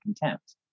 contempt